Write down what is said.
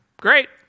Great